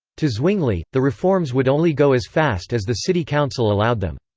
to zwingli, the reforms would only go as fast as the city council allowed them.